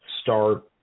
start